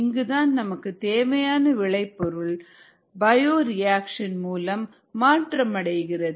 இங்குதான் நமக்கு தேவையான விளைபொருள் பயோரியாக்சன் மூலம் மாற்றமடைகிறது